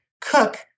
cook